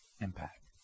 impact